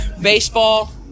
Baseball